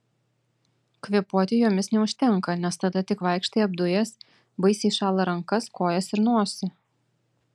kvėpuoti jomis neužtenka nes tada tik vaikštai apdujęs baisiai šąla rankas kojas ir nosį